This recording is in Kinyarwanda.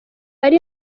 ari